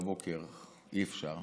ישבתי כאן.